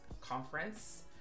Conference